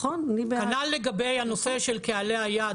כנ"ל לגבי הנושא של קהלי היעד.